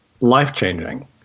life-changing